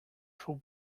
for